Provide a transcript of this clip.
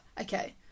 Okay